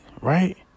Right